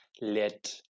let